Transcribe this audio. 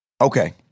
Okay